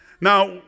Now